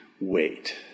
wait